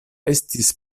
estis